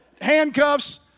handcuffs